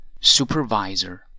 supervisor